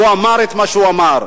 אמר את מה שהוא אמר.